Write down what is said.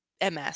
MS